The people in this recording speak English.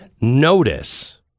notice